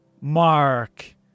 Mark